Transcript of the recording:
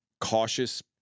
cautious